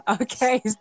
okay